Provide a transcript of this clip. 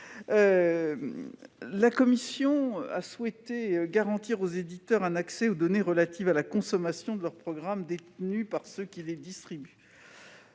La commission a souhaité garantir aux éditeurs un accès aux données relatives à la consommation de leurs programmes détenus par ceux qui les distribuent.